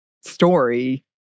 story